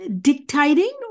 dictating